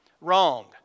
Wrong